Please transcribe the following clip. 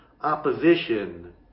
opposition